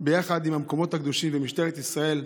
ביחד עם המקומות הקדושים ומשטרת ישראל,